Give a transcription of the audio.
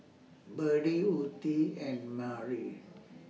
Berdie Ottie and Merry